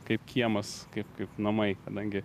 kaip kiemas kaip kaip namai kadangi